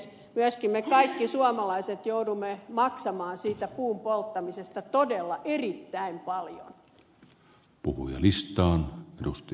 myöskin me kaikki suomalaiset joudumme maksamaan siitä puun polttamisesta todella erittäin paljon